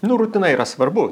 nu rutina yra svarbu